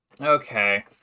Okay